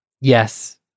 Yes